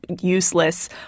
useless